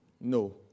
No